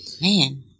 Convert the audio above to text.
Man